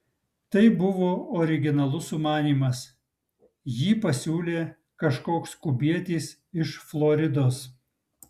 tai buvo originalus sumanymas jį pasiūlė kažkoks kubietis iš floridos